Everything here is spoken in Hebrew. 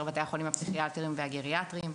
בתי החולים הפסיכיאטריים והגריאטריים.